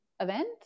event